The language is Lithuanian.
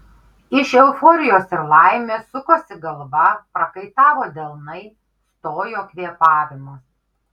iš euforijos ir laimės sukosi galva prakaitavo delnai stojo kvėpavimas